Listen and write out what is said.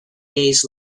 days